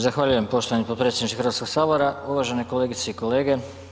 Zahvaljujem poštovani potpredsjedniče Hrvatskog sabora, uvažene kolegice i kolege.